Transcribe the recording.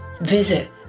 Visit